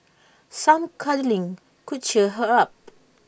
some cuddling could cheer her up